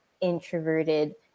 introverted